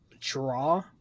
draw